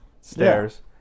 stairs